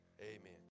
Amen